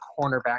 cornerback